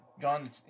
gone